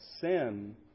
Sin